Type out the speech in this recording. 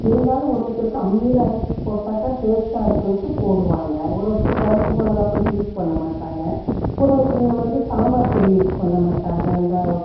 இருந்தாலும் ஒருரொருத்தருக்கு அம்மியில் அரைத்து போட்டாங்க டேஸ்ட்டாக இருக்குதுன்ட்டு போடுவாங்க ஒருரொருத்தர் கொழம்பு மிளகாப் பொடி யூஸ் பண்ணமாட்டாங்க ஒருரொருத்தருங்க வந்து சாம்பார் பொடி யூஸ் பண்ணமாட்டாங்க இந்த